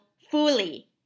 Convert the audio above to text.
fully